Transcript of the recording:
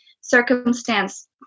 circumstance